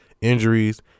injuries